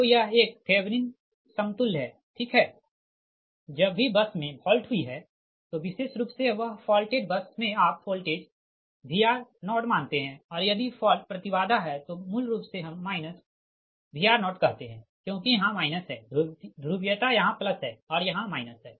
तोयह एक थेवनिन समतुल्य है ठीक है जब भी बस मे फॉल्ट हुई है तो विशेष रूप से वह फॉल्टेड बस मे आप वोल्टेज Vr0 मानते है और यदि फॉल्ट प्रति बाधा है तो मूल रूप से हम Vr0 कहते है क्योंकि यहाँ माइनस है ध्रुवीयता यहाँ प्लस है यहाँ माइनस है